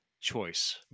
choice